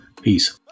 peace